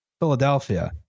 Philadelphia